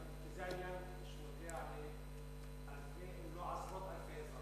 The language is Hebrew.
זה עניין שנוגע לאלפים, אם לא עשרות אלפים,